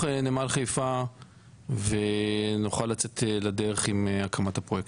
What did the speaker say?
נמל חיפה ונוכל לצאת לדרך עם הקמת הפרויקט.